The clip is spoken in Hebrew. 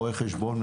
רואי חשבון,